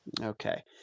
Okay